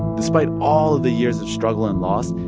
despite all of the years of struggle and loss,